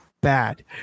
bad